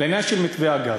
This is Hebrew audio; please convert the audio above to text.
לעניין מתווה הגז.